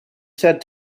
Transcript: said